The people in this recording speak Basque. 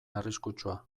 arriskutsua